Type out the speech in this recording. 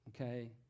Okay